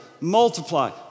multiply